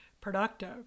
productive